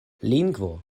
lingvo